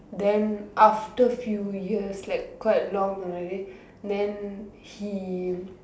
then after few years like quite long already then he